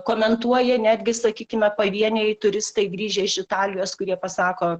komentuoja netgi sakykime pavieniai turistai grįžę iš italijos kurie pasako